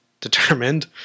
determined